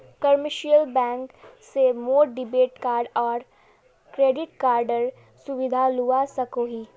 commercial bank से मोर debit card आर क्रेडिट कार्डेर सुविधा लुआ सकोही